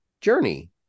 journey